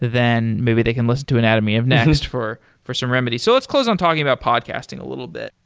then maybe they can listen to anatomy of next for for some remedy. so let's close on talking about podcasting a little bit.